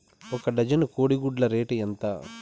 ఒక డజను కోడి గుడ్ల రేటు ఎంత?